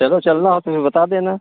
चलो चलना हो तो फिर बता देना